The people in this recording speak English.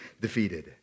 defeated